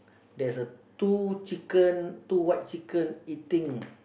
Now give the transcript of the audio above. there's a two chicken two white chicken eating